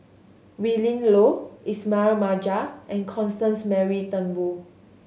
Willin Low Ismail Marjan and Constance Mary Turnbull